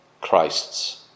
Christ's